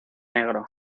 negro